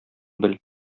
бел